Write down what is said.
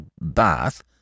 bath